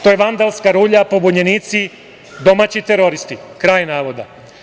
To je vandalska rulja, pobunjenici, domaći teroristi“, kraj navoda.